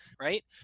right